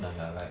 ya you're right